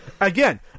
Again